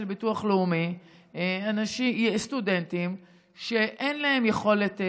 ביטוח לאומי סטודנטים שאין להם יכולת,